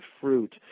Fruit